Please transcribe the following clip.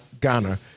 Ghana